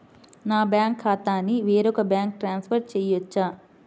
నా బ్యాంక్ ఖాతాని వేరొక బ్యాంక్కి ట్రాన్స్ఫర్ చేయొచ్చా?